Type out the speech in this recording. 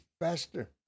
faster